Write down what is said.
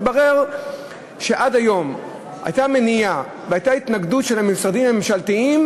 התברר שעד היום הייתה מניעה והייתה התנגדות של הממסדים הממשלתיים,